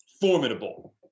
formidable